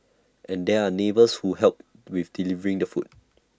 and there are neighbours who help with delivering the food